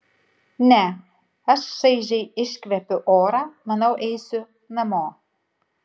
ne aš šaižiai iškvepiu orą manau eisiu namo